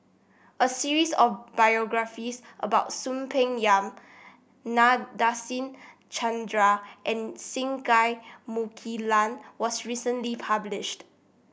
a series of biographies about Soon Peng Yam Nadasen Chandra and Singai Mukilan was recently published